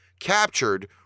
captured